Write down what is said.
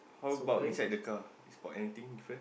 how about inside the car spot anything different